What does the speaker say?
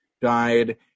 died